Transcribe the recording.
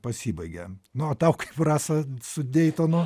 pasibaigė nu o tau kaip rasa su deitonu